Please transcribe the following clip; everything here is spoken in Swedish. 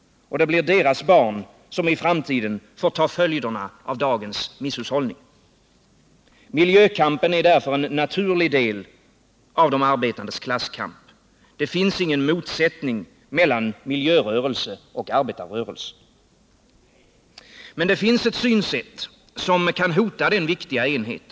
Det blir deras barn som i framtiden får ta följderna av dagens misshushållning. Miljökampen är därför en naturlig del av de arbetandes klasskamp. Det finns ingen motsättning mellan miljörörelsen och arbetarrörelsen. Men det finns ett synsätt som kan hota denna viktiga enhet.